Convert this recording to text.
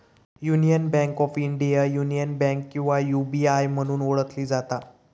union Bank of India, Union Bank किंवा UBI म्हणून ओळखली जाता